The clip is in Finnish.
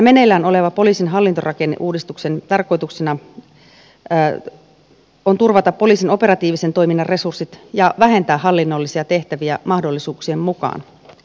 meneillään olevan poliisin hallintorakenneuudistuksen tarkoituksena on turvata poliisin operatiivisen toiminnan resurssit ja vähentää hallinnollisia tehtäviä mahdollisuuksien mukaan